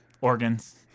Organs